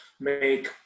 make